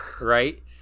right